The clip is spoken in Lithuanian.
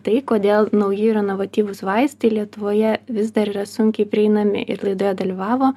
tai kodėl nauji ir inovatyvūs vaistai lietuvoje vis dar yra sunkiai prieinami ir laidoje dalyvavo